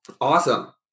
Awesome